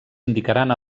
indicaran